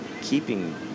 keeping